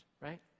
right